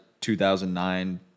2009